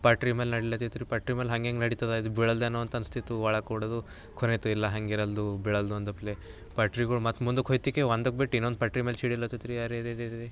ಪಟ್ರಿ ಮೇಲೆ ನಡ್ಲತಿತ್ರಿ ಪಟ್ರಿ ಮೇಲೆ ಹಂಗೆಂಗೆ ನಡಿತಿದೆ ಇದು ಬೀಳಲ್ದೇನು ಅಂತ ಅನಿಸ್ತಿತ್ತು ಒಳಗೆ ಕೂಡೋದು ಖುನೇತು ಇಲ್ಲ ಹಂಗ ಇರಲ್ದು ಬೀಳಲ್ದು ಅಂದಪ್ಲೆ ಪಟ್ರಿಗಳು ಮತ್ತೆ ಮುಂದಕ್ಕೆ ಹೊಯ್ತಿಕೆ ಒಂದಕ್ಕೆ ಬಿಟ್ಟು ಇನೊಂದು ಪಟ್ರಿ ಮೇಲೆ ಛಿಡಿಲತಿತ್ರಿ ಅರೆರೆರೆರೆ